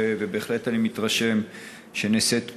ובהחלט אני מתרשם שנעשית פעולה.